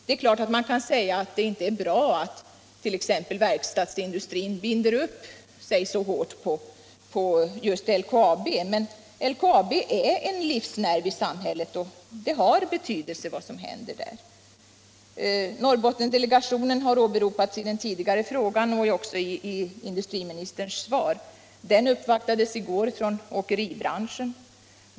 Det är klart att man kan säga att det inte är bra att t.ex. verkstadsindustrin binder upp sig så hårt till just LKAB. Men LKAB är en livsnerv i samhället; det har betydelse vad som händer där. Norrbottendelegationen har åberopats i den tidigare frågan och också i industriministerns svar. Den uppvaktades i går från åkeribranschen.